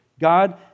God